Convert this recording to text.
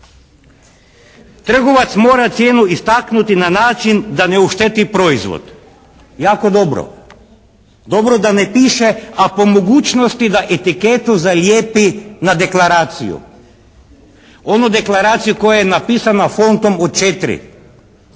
Trgovac mora cijenu istaknuti na način da ne ošteti proizvod, jako dobro. Dobro da ne piše a po mogućnosti da etiketu zalijepi na deklaraciju, onu deklaraciju koja je napisana fontom od 4,